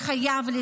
וחייבים,